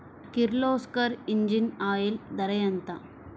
Kirloskar engine oil ధర ఎంత?